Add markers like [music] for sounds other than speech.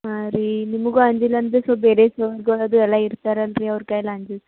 ಹಾಂ ರೀ ನಿಮಗು ಅಂಜಿಲ್ಲ ಅಂದ್ರೆ ಸ್ವಲ್ಪ ಬೇರೆ ಸರ್ಗಳದ್ದು ಎಲ್ಲಇರ್ತಾರೆ ಅಲ್ಲರಿ ಅವ್ರ ಕೈಲಿ [unintelligible]